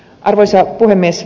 arvoisa puhemies